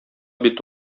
бит